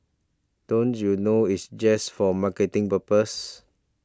don't you know it's just for marketing purposes